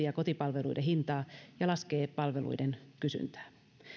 ja kotipalveluiden hintaa ja laskee palveluiden kysyntää